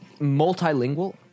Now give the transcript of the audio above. multilingual